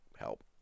help